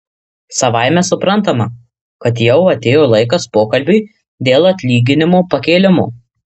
savaime suprantama kad jau atėjo laikas pokalbiui dėl atlyginimo pakėlimo